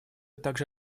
также